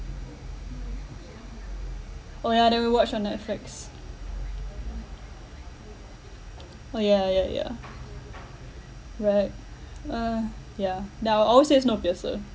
oh ya then we watch on netflix oh ya ya ya right uh ya then I'll always say snowpiercer